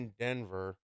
denver